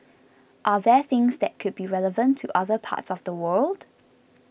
are there things that could be relevant to other parts of the world